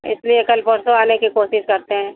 इसलिए कल परसों आने की कोशिश करते हैं